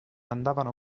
andavano